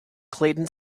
clayton